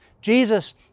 Jesus